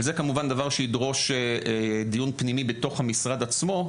אבל זה כמובן דבר שידרוש דיון פנימי בתוך המשרד עצמו,